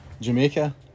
Jamaica